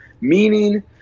Meaning